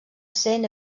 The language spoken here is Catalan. cent